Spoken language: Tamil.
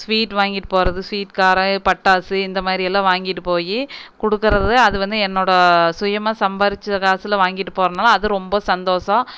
ஸ்வீட் வாங்கிட்டு போகிறது ஸ்வீட் காரம் பட்டாசு இந்த மாதிரியெல்லாம் வாங்கிட்டு போய் கொடுக்கறது அது வந்து என்னோடய சுயமாக சம்பாரித்த காசில் வாங்கிட்டு போகிறனால அது ரொம்ப சந்தோஷம்